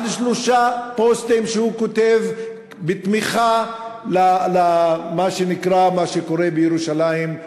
על שלושה פוסטים שהוא כותב לתמיכה במה שקורה בירושלים,